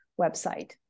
website